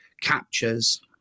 captures